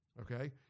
Okay